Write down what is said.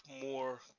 more